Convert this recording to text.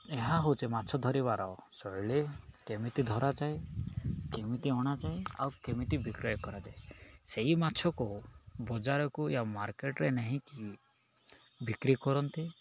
ଏହା ହଉଚି ମାଛ ଧରିବାର ଶୈଳୀ କେମିତି ଧରାଯାଏ କେମିତି ଅଣାଯାଏ ଆଉ କେମିତି ବିକ୍ରୟ କରାଯାଏ ସେଇ ମାଛକୁ ବଜାରକୁ ୟା ମାର୍କେଟ୍ରେ ନେଇକି ବିକ୍ରି କରନ୍ତି